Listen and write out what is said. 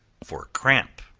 for cramp.